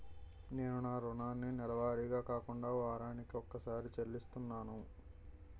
నేను నా రుణాన్ని నెలవారీగా కాకుండా వారాని కొక్కసారి చెల్లిస్తున్నాను